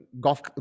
golf